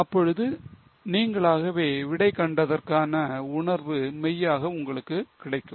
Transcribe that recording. அப்பொழுது நீங்களாகவே விடை கண்டதற்கான உணர்வு மெய்யாக உங்களுக்கு கிடைக்கும்